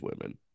women